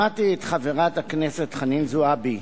שמעתי את חברת הכנסת חנין זועבי,